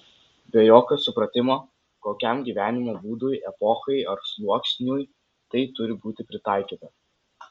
be jokio supratimo kokiam gyvenimo būdui epochai ar sluoksniui tai turi būti pritaikyta